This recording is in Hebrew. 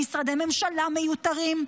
במשרדי הממשלה מיותרים,